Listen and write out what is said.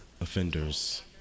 offenders